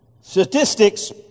Statistics